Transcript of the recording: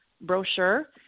brochure